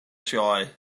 sioe